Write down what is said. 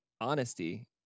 honesty